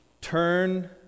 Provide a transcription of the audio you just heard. turn